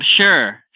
sure